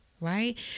right